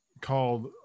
called